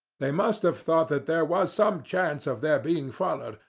they must have thought that there was some chance of their being followed,